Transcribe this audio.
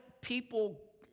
people